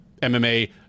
MMA